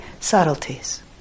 subtleties